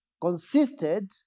consisted